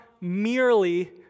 merely